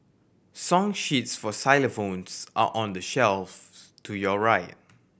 song sheets for xylophones are on the shelves to your right